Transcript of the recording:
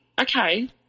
Okay